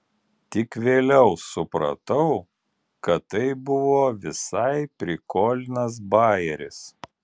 tik vėliau supratau kad tai buvo visai prikolnas bajeris